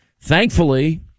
thankfully